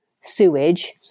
sewage